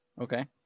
Okay